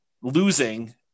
losing